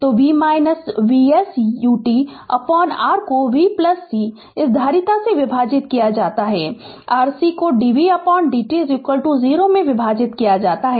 तो v Vs utR को R c इस धारिता से विभाजित किया जाता है Rc को dv dt 0 में विभाजित किया जाता है